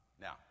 Now